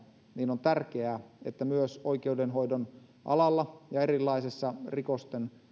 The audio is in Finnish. niin on tärkeää että myös oikeudenhoidon alalla ja erilaisten rikosten